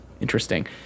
interesting